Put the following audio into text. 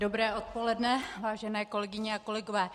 Dobré odpoledne, vážené kolegyně a kolegové.